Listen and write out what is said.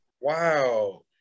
Wow